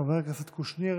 חבר הכנסת קושניר,